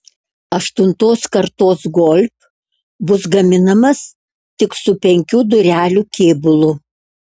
aštuntos kartos golf bus gaminamas tik su penkių durelių kėbulu